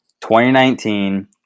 2019